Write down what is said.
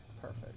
Perfect